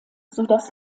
sodass